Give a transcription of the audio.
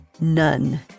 none